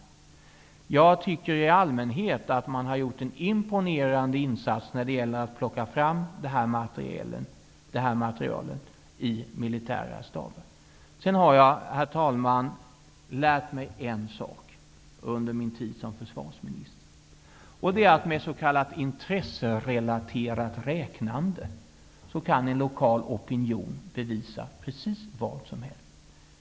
Jag tycker i allmänhet att man inom de militära staberna har gjort en imponerande insats när det gäller att plocka fram det här materialet. Jag har lärt mig en sak under min tid som försvarsminister, herr talman, och det är att en lokal opinion med s.k. intresserelaterat räknande kan bevisa precis vad som helst.